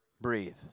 Breathe